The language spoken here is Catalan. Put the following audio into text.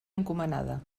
encomanada